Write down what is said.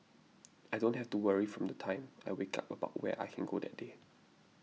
I don't have to worry from the time I wake up about where I can go that day